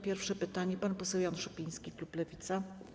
Pierwsze pytanie zada pan poseł Jan Szopiński, klub Lewica.